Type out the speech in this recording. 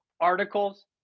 articles